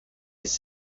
has